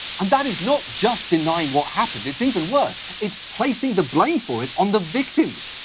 and that is not just denying what happened, it's even worse, it's placing the blame for it on the victims.